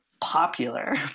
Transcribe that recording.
popular